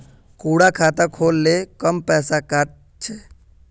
कुंडा खाता खोल ले कम पैसा काट छे?